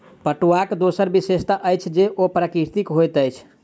पटुआक दोसर विशेषता अछि जे ओ प्राकृतिक होइत अछि